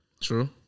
True